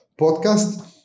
podcast